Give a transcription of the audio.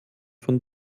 von